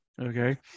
Okay